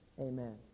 amen